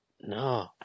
no